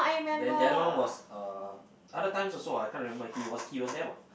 then the other one was uh other times also what I can't remember he was he was there what